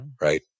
Right